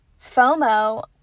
FOMO